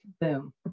boom